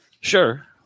Sure